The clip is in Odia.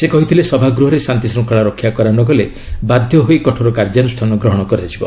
ସେ କହିଥିଲେ ସଭାଗୃହରେ ଶାନ୍ତି ଶୃଙ୍ଖଳା ରକ୍ଷା କରା ନ ଗଲେ ବାଧ୍ୟହୋଇ କଠୋର କାର୍ଯ୍ୟାନୁଷ୍ଠାନ ଗ୍ରହଣ କରାଯିବ